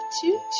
two